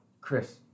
Chris